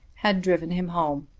had driven him home.